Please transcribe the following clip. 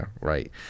right